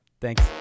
Thanks